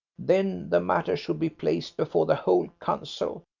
then the matter should be placed before the whole council,